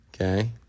okay